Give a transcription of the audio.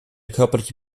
körperliche